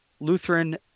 Lutheran